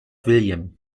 william